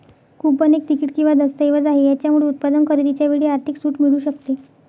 coupon एक ticket किंवा दस्तऐवज आहे, याच्यामुळे उत्पादन खरेदीच्या वेळी आर्थिक सूट मिळू शकते